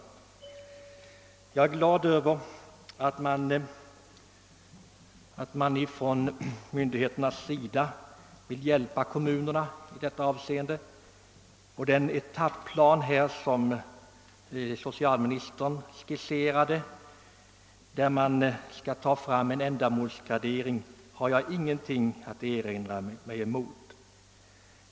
Jag är glad över att man från myndigheternas sida vill hjälpa kommunerna i detta avseende, och den etapplan socialministern här skisserade och enligt vilken man skall göra en ändamålsgradering, har jag ingenting att erinra mot.